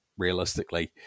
realistically